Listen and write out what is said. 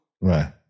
Right